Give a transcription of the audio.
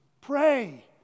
Pray